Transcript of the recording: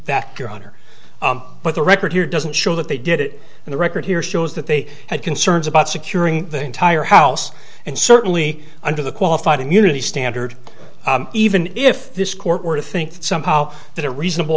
that your honor but the record here doesn't show that they did it and the record here shows that they had concerns about securing the entire house and certainly under the qualified immunity standard even if this court were to think somehow that a reasonable